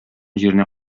җиренә